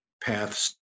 paths